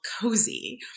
cozy